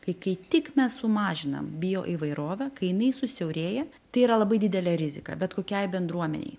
kai kai tik mes sumažinam bioįvairovę kai jinai susiaurėja tai yra labai didelė rizika bet kokiai bendruomenei